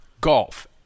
golf